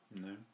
no